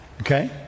okay